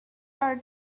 are